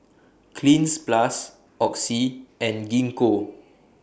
Cleanz Plus Oxy and Gingko